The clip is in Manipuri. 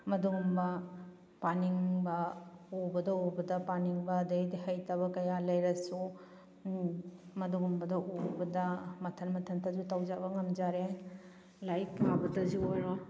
ꯃꯗꯨꯒꯨꯝꯕ ꯄꯥꯅꯤꯡꯕ ꯎꯕꯗ ꯎꯕꯗ ꯄꯥꯅꯤꯡꯕ ꯑꯗꯨꯗꯩꯗꯤ ꯍꯩꯇꯕ ꯀꯌꯥ ꯂꯩꯔꯁꯨ ꯃꯗꯨꯒꯨꯝꯕꯗꯣ ꯎꯕꯗ ꯃꯊꯟ ꯃꯊꯟꯇꯁꯨ ꯇꯧꯖꯕ ꯉꯝꯖꯔꯦ ꯂꯥꯏꯔꯤꯛ ꯄꯥꯕꯗꯁꯨ ꯑꯣꯏꯔꯣ